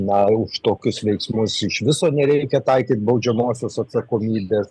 na už tokius veiksmus iš viso nereikia taikyt baudžiamosios atsakomybės